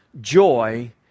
joy